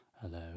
hello